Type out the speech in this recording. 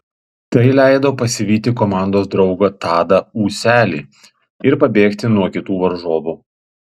tai leido pasivyti komandos draugą tadą ūselį ir pabėgti nuo kitų varžovų